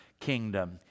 kingdom